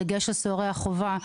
בדגש על סוהרי החובה.